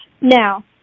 now